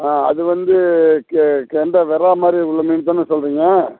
ஆ அது வந்து கெ கெண்டை வெறா மாதிரி உள்ள மீன் தானே சொல்கிறிங்க